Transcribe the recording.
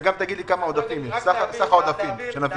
וגם תגיד את סך העודפים, כדי שנבין.